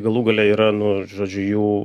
galų gale yra nu žodžiu jų